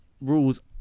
rules